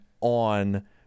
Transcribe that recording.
on